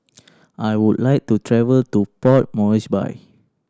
I would like to travel to Port Moresby